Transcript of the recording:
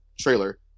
trailer